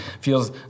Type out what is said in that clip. feels